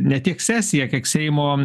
ne tik sesija kiek seimo